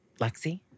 Lexi